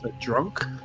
drunk